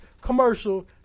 commercial